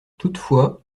toutefois